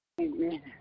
Amen